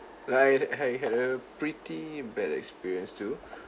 like I I had a pretty bad experience too